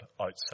outside